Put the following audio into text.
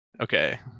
Okay